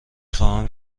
خواهم